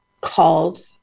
called